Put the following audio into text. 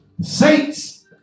Saints